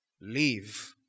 Leave